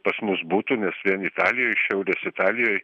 pas mus būtų nes vien italijoj šiaurės italijoj